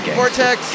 Vortex